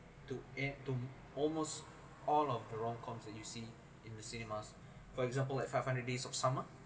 to ei~ to almost all of the rom coms that you see in the cinemas for example like five hundred days of summer